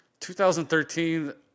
2013